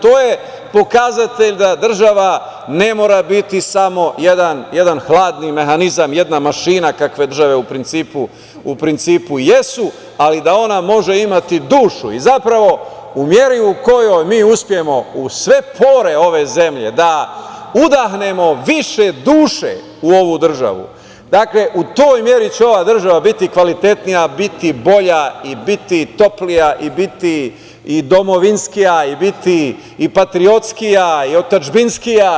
To je pokazatelj da država ne mora biti samo jedan hladni mehanizam, jedna mašina kakve države u principu i jesu, ali da ona može imati dušu i zapravo u meri u kojoj mi uspemo u sve pore ove zemlje da udahnemo više duše u ovu državu, u toj meri će ova država biti kvalitetnija, biti bolja i biti toplija i biti domovinskija i biti i patriotskija i otadžbinskija.